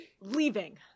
Leaving